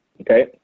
Okay